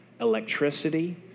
electricity